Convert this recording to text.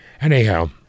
Anyhow